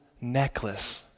necklace